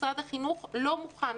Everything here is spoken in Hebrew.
משרד החינוך לא מוכן,